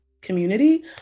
community